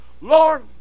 Lord